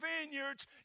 vineyards